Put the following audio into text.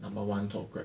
number one 做 grab